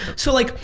so like,